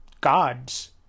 gods